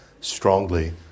strongly